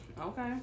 okay